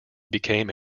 became